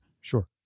Sure